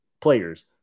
players